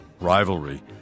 rivalry